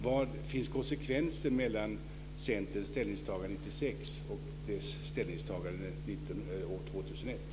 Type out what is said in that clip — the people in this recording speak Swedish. Var finns konsekvensen mellan Centerns ställningstagande 1996 och dess ställningstagande 2001?